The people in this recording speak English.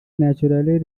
naturally